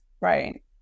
right